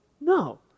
No